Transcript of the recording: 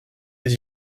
des